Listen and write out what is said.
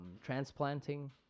transplanting